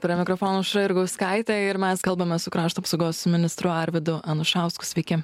prie mikrofono aušra jurgauskaitė ir mes kalbame su krašto apsaugos ministru arvydu anušausku sveiki